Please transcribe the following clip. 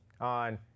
On